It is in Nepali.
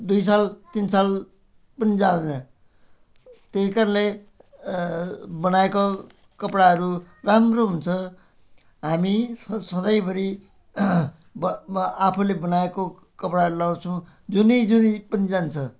दुई साल तिन साल पनि जाँदैन त्यही कारणले बनाएको कपडाहरू राम्रो हुन्छ हामी स सधैँभरि ब ब आफूले बनाएको कपडा लगाउँछौँ जुनी जुनी पनि जान्छ